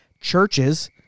churches